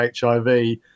hiv